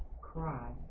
cry